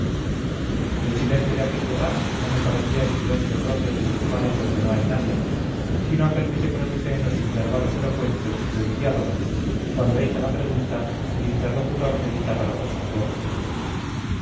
el silencio de aquel lugar no me parecía el silencio propio de los lugares donde no hay nadie sino aquel que se produce en los intervalos elocuentes de un diálogo cuando hecha la pregunta el interlocutor medita para responder